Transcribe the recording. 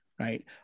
right